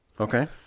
Okay